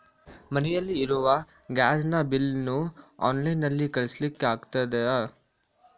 ಮನೆಯಲ್ಲಿ ಇರುವ ಗ್ಯಾಸ್ ನ ಬಿಲ್ ನ್ನು ಆನ್ಲೈನ್ ನಲ್ಲಿ ಕಳಿಸ್ಲಿಕ್ಕೆ ಆಗ್ತದಾ?